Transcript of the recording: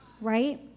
right